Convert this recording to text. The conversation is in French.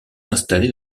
installés